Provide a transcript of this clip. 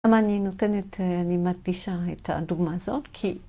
למה אני נותנת, אני מדגישה את הדוגמא הזאת? כי...